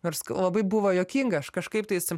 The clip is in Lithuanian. nors labai buvo juokinga aš kažkaip tais